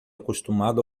acostumado